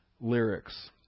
lyrics